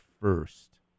first